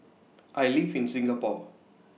I live in Singapore